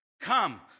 come